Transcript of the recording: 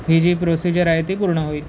ही जी प्रोसिजर आहे ती पूर्ण होईल